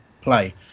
play